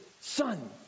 Son